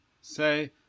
Say